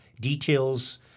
Details